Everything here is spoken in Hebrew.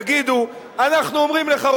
תגידו: אנחנו אומרים לך,